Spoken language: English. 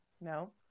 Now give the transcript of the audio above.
No